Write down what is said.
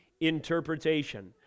interpretation